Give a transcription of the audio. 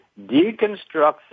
deconstructs